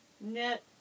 Knit